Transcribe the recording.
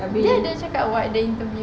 dia ada cakap [what] the interview